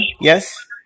yes